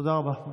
תודה רבה.